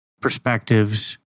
perspectives